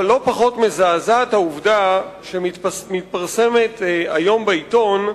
אבל לא פחות מזעזעת העובדה שמתפרסמת היום בעיתון,